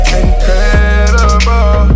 incredible